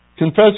Confess